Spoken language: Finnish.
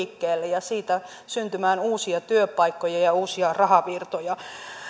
liikkeelle ja siitä syntymään uusia työpaikkoja ja uusia rahavirtoja